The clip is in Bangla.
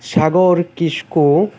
সাগর কিসকু